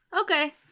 Okay